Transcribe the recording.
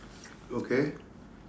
okay